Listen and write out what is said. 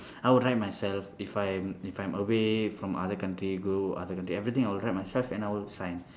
I will write myself if I'm if I'm away from other country go other country everything I would write myself and I would sign